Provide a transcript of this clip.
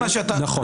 נכון.